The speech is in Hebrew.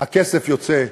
הכסף יוצא: